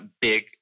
big